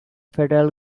federal